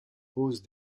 pose